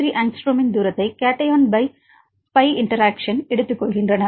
3 ஆங்ஸ்ட்ரோமின் தூரத்தை cation pi interaction போல் எடுத்துக்கொள்கின்றன